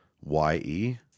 Y-E